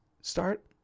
start